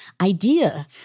idea